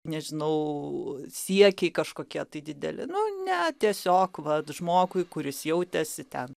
nežinau siekiai kažkokie tai dideli nu ne tiesiog va žmogui kuris jautėsi ten